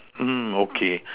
mm okay